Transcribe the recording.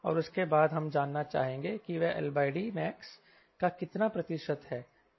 और उसके बाद हम जानना चाहेंगे कि वह LD LDmax का कितना प्रतिशत है